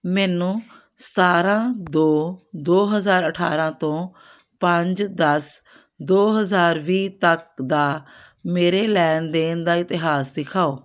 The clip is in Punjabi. ਮੈਨੂੰ ਸਤਾਰਾਂ ਦੋ ਦੋ ਹਜ਼ਾਰ ਅਠਾਰਾਂ ਤੋਂ ਪੰਜ ਦਸ ਦੋ ਹਜ਼ਾਰ ਵੀਹ ਤੱਕ ਦਾ ਮੇਰੇ ਲੈਣ ਦੇਣ ਦਾ ਇਤਿਹਾਸ ਦਿਖਾਓ